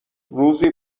روزی